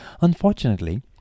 Unfortunately